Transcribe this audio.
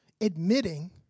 Admitting